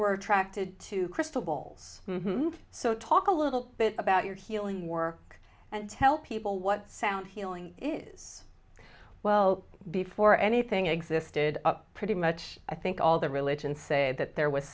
were attracted to crystal ball so talk a little bit about your healing work and tell people what sound healing is well before anything existed pretty much i think all the religion say that there was